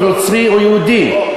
נוצרי או יהודי,